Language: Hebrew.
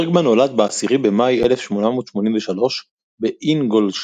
ברגמן נולד ב-10 במאי 1883 באינגולשטדט,